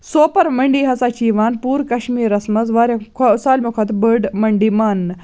سوپَر مٔنٛڈی ہَسا چھِ یِوان پوٗرٕ کَشمیٖرَس منٛز وارِیاہ سالمہِ کھۄتہٕ بٔڑ مٔنٛڈی ماننہٕ